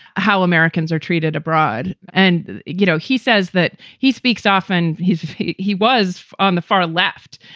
how americans are treated abroad. and, you know, he says that he speaks often. he he was on the far left,